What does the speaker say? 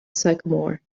sycamore